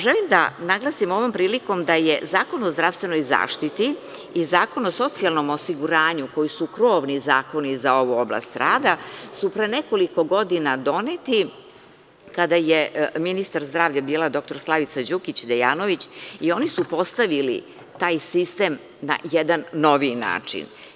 Želim da naglasim ovom prilikom da je Zakon o zdravstvenoj zaštiti i Zakon o socijalnom osiguranju, koji su krovni zakoni za ovu oblast rada, su pre nekoliko godina doneti, kada je ministar zdravlja bila dr Slavica Đukić Dejanović, i oni su postavili taj sistem na jedan noviji način.